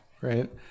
right